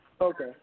Okay